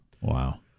Wow